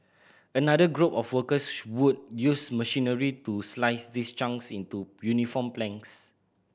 another group of workers would use machinery to slice these chunks into uniform planks